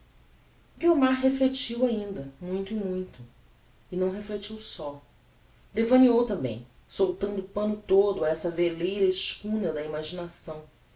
guiomar reflectiu ainda muito e muito e não reflectiu só devaneou também soltando o panno todo a essa veleira escuna da imaginação